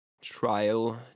trial